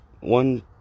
one